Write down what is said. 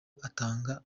agatanga